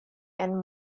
and